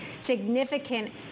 significant